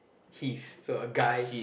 he so a guy